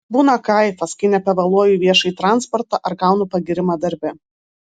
būna kaifas kai nepavėluoju į viešąjį transportą ar gaunu pagyrimą darbe